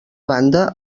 banda